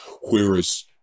Whereas